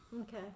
Okay